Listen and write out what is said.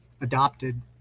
adopted